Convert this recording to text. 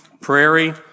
Prairie